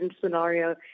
scenario